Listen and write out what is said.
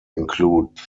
include